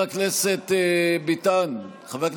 חבר הכנסת ביטן,